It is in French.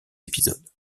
épisodes